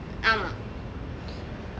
ஆமா:aama